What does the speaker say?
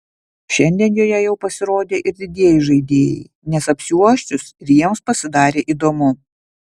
šiandien joje jau pasirodė ir didieji žaidėjai nes apsiuosčius ir jiems pasidarė įdomu